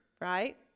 right